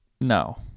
no